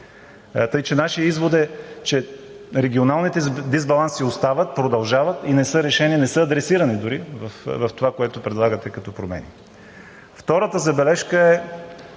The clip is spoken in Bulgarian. Така че нашият извод е, че регионалните дисбаланси остават, продължават и не са решение, не са адресирани дори в това, което предлагате като промени. Втората забележка е